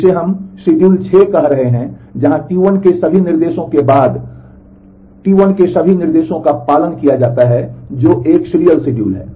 जहां टी 1 के सभी निर्देशों के बाद टी 1 के सभी निर्देशों का पालन किया जाता है जो कि एक सीरियल शेड्यूल है